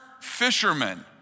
fishermen